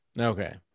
Okay